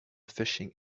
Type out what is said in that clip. fishing